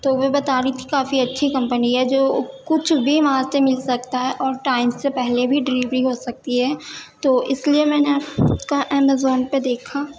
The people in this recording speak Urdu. تو وہ بتا رہی تھی کافی اچھی کمپنی ہے جو کچھ بھی وہاں سے مل سکتا ہے اور ٹائم سے پہلے بھی ڈلیوری ہو سکتی ہے تو اس لیے میں نے آپ کا امیزون پہ دیکھا